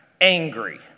angry